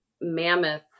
mammoth